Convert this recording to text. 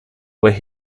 where